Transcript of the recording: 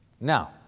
Now